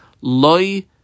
loy